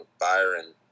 Byron